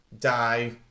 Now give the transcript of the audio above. die